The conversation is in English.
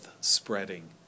spreading